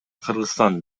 кыргызстан